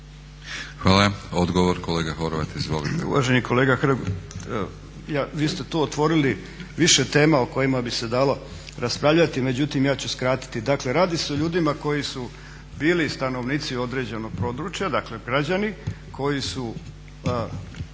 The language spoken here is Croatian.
Hvala. Odgovor kolega Horvat. Izvolite. **Horvat, Mile (SDSS)** Uvaženi kolega Hrg, vi ste tu otvorili više tema o kojima bi se dalo raspravljati. Međutim, ja ću skratiti. Dakle, radi se o ljudima koji su bili stanovnici određenog područja, dakle građani koji su